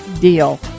Deal